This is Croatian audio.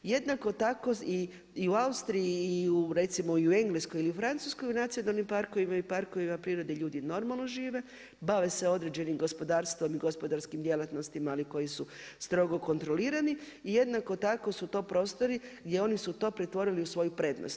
Jednako tako u Austriji i u recimo u Engleskoj i u Francuskoj u nacionalnim parkovima i parkovima prirode ljudi normalno žive, bave se određenim gospodarstvom i gospodarskim djelatnostima ako koji su strogo kontrolirani i jednako tako su to prostori gdje su oni to pretvorili u svoju prednost.